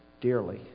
dearly